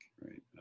right